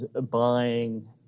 buying